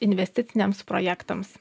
investiciniams projektams